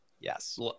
Yes